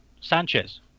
Sanchez